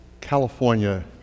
California